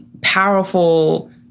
powerful